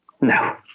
No